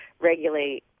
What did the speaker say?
regulate